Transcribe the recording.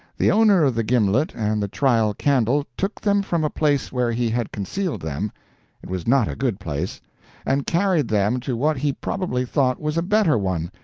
the owner of the gimlet and the trial-candle took them from a place where he had concealed them it was not a good place and carried them to what he probably thought was a better one,